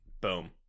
Boom